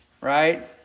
Right